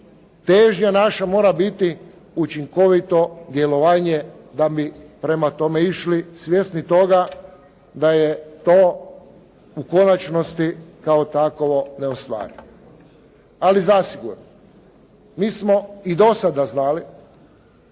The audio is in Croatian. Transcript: težnja naša mora biti učinkovito djelovanje da bi prema tome išli svjesni toga da je to u konačnosti kao takovo neostvarivo. Ali zasigurno mi smo i do sada znali